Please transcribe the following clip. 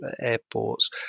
airports